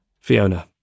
Fiona